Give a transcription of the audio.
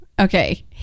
okay